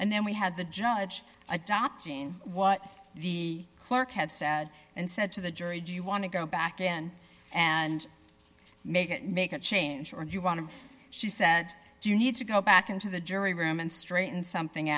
and then we had the judge adopting what the clerk had said and said to the jury do you want to go back in and make it make a change or do you want to she said do you need to go back into the jury room and straighten something